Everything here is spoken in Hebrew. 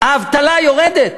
האבטלה יורדת,